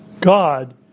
God